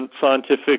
scientific